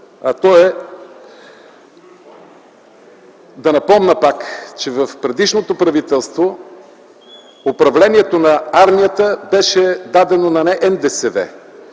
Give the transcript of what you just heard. а то е да напомня пак, че в предишното правителство управлението на армията беше дадено на НДСВ.